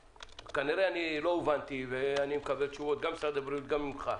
כנראה לא הובנתי לפי התשובות שאני מקבל גם ממשרד הבריאות וגם ממך.